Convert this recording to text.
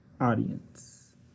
audience